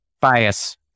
bias